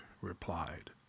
replied